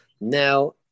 now